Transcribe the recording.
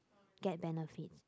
get benefits